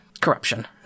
corruption